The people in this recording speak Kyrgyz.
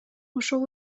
ошол